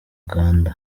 uganda